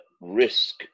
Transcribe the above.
risk